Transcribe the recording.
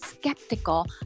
skeptical